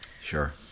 sure